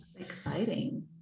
exciting